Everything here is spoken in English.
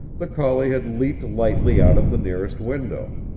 the collie had leaped lightly out of the nearest window.